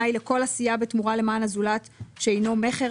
ל"כל עשייה בתמורה למען הזולת שאינו מכר,